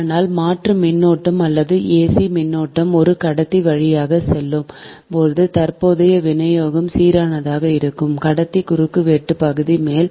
ஆனால் மாற்று மின்னோட்டம் அல்லது ac மின்னோட்டம் ஒரு கடத்தி வழியாகச் செல்லும் போது தற்போதைய விநியோகம் சீரானதாக இருக்காது கடத்தி குறுக்கு வெட்டு பகுதிக்கு மேல்